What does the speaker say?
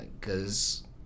Cause